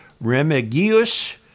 Remigius